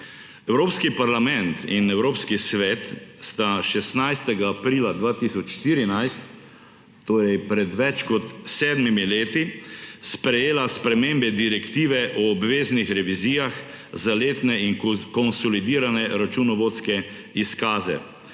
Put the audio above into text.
Evropski parlament in Evropski Svet sta 16. aprila 2014, to je pred več kot sedmimi leti, sprejela spremembe Direktive o obveznih revizijah za letne in konsolidirane računovodske izkaze.